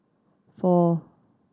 four